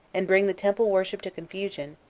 and bring the temple worship to confusion,